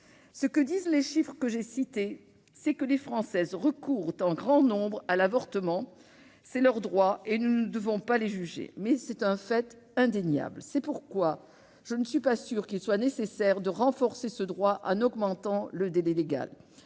Ce que disent les chiffres que j'ai cités, c'est que les Françaises recourent en grand nombre à l'avortement. C'est leur droit, et nous ne devons pas les juger. Il s'agit néanmoins d'un fait indéniable. C'est pourquoi je ne suis pas sûre qu'il soit nécessaire de renforcer ce droit en augmentant le délai légal-